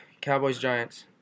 Cowboys-Giants